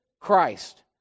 Christ